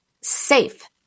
safe